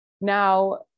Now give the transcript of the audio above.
now